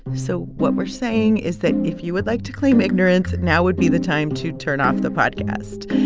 so what we're saying is that if you would like to claim ignorance, now would be the time to turn off the podcast.